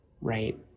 right